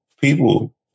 people